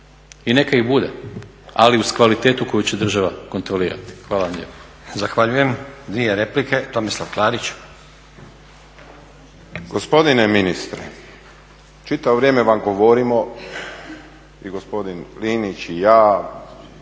i neka ih bude, ali uz kvalitetu koju će država kontrolirati. Hvala vam lijepo.